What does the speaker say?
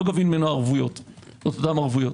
לא גובים ממנו אותן ערבויות.